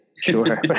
Sure